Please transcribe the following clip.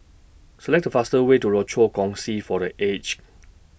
Select The fastest Way to Rochor Kongsi For The Aged